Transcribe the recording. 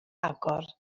agor